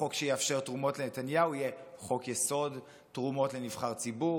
החוק שיאפשר תרומות לנתניהו יהיה חוק-יסוד: תרומות לנבחר ציבור,